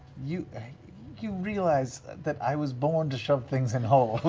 you you realize that i was born to shove things in holes.